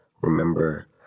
remember